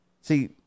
See